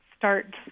start